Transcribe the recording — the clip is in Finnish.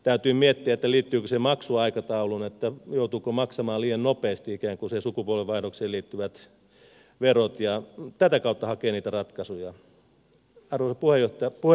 täytyy miettiä liittyykö se maksuaikatauluun joutuuko maksamaan liian nopeasti ikään kuin siihen sukupolvenvaihdokseen liittyvät verot ja tätä kautta täytyy hakea niitä ratkaisuja